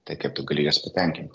tai kaip tu gali juos patenkinti